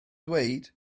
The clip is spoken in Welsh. dweud